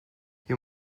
you